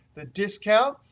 the discount,